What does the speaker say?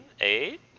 eight